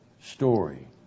story